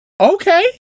Okay